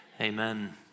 Amen